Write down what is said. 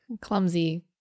Clumsy